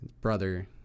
Brother